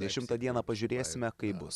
dešimtą dieną pažiūrėsime kaip bus